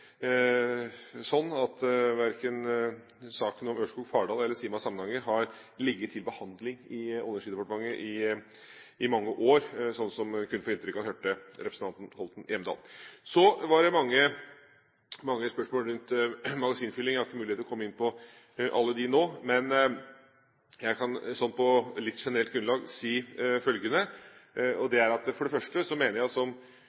sånn vi kunne få inntrykk av da vi hørte representanten Hjemdal. Så var det mange spørsmål rundt magasinfylling. Jeg har ikke mulighet til å komme inn på alle dem nå. Men jeg kan sånn på litt generelt grunnlag si følgende: For det første mener jeg,